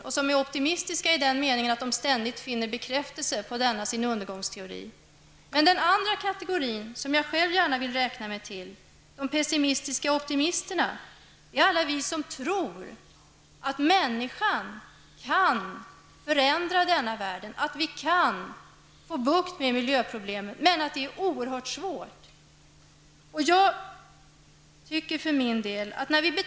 Men de senare är optimistiska i den meningen att de ständigt finner bekräftelser på denna sin undergångsteori. Den förra kategorin därmot, som jag själv gärna vill räknas till, dvs. de pessimistiska optimisterna, är alla vi som tror att människan kan förändra denna värld, att människan kan få bukt med miljöproblemen, och som samtidigt vet att detta är oerhört svårt att åstadkomma.